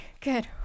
Good